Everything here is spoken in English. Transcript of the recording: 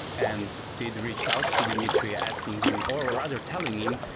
and sid the reached out to dimitri asking him or rather telling him,